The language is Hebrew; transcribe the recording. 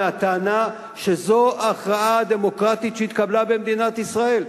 שזו הכרעה דמוקרטית שהתקבלה במדינת ישראל.